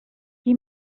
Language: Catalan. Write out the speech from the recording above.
qui